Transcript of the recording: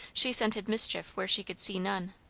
she scented mischief where she could see none.